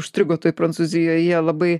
užstrigo toj prancūzijoj jie labai